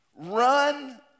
Run